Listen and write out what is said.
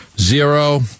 Zero